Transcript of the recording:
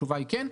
התשובה היא כן,